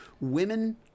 women